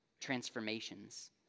transformations